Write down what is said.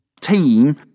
team